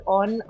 on